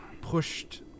pushed